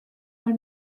mal